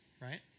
right